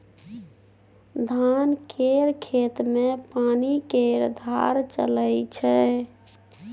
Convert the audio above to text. धान केर खेत मे पानि केर धार चलइ छै